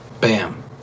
Bam